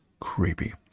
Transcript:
creepy